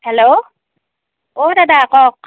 hello অঁ দাদা কওক